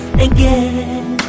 again